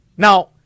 Now